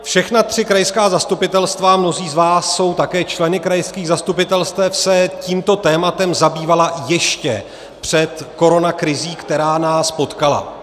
Všechna tři krajská zastupitelstva mnozí z vás jsou také členy krajských zastupitelstev se tímto tématem zabývala ještě před koronakrizí, která nás potkala.